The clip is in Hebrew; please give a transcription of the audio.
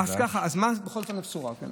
אז מה בכל אופן הבשורה כאן?